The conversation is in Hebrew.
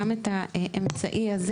גם את האמצעי הזה.